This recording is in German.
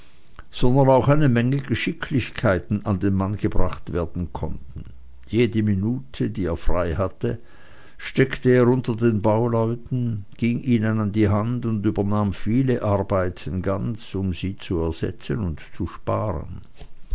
sondern auch eine menge geschicklichkeiten an den mann gebracht werden konnten jede minute die er frei hatte steckte er unter den bauleuten ging ihnen an die hand und übernahm viele arbeiten ganz um sie zu ersetzen und zu sparen